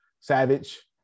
savage